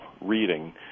reading